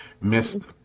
missed